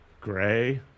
Gray